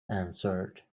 answered